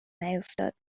نیفتاد